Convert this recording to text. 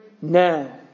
now